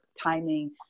timing